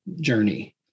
journey